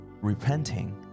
repenting